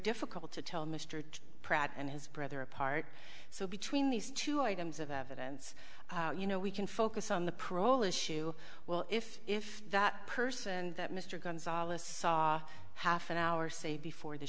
difficult to tell mr pratt and his brother apart so between these two items of evidence you know we can focus on the parole issue well if if that person that mr gonzales saw half an hour say before the